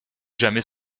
jamais